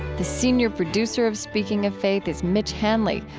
the senior producer of speaking of faith is mitch hanley,